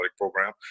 program